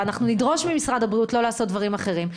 ואנחנו נדרוש ממשרד הבריאות לא לעשות דברים אחרים,